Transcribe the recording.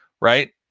right